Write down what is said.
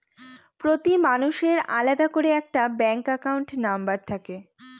প্রতি মানুষের আলাদা করে একটা ব্যাঙ্ক একাউন্ট নম্বর থাকে